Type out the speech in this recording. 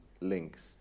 links